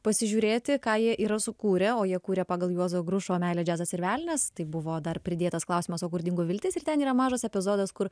pasižiūrėti ką jie yra sukūrę o jie kūrė pagal juozo grušo meilė džiazas ir velnias tai buvo dar pridėtas klausimas o kur dingo viltis ir ten yra mažas epizodas kur